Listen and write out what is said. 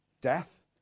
death